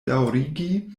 daŭrigi